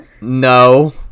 No